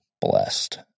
blessed